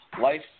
life